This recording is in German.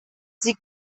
sie